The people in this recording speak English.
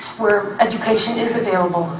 where education is available,